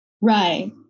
Right